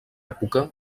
època